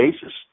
basis